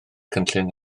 cynllun